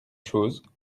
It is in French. choses